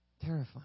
Terrifying